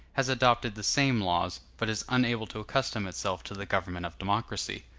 has adopted the same laws, but is unable to accustom itself to the government of democracy.